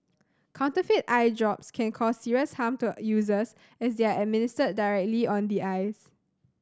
counterfeit eye drops can cause serious harm to users as they are administered directly on the eyes